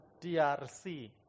DRC